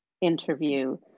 interview